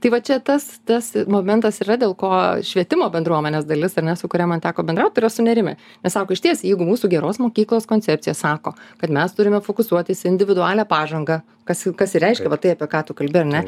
tai va čia tas tas momentas yra dėl ko švietimo bendruomenės dalis ar ne su kuria man teko bendraut yra sunerimę nes sako išties jeigu mūsų geros mokyklos koncepcija sako kad mes turime fokusuotis į individualią pažangą kas kas ir reiškia va tai apie ką tu kalbi ar ne